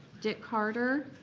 dick carter,